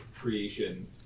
creation